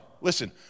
Listen